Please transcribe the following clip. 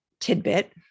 tidbit